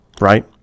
right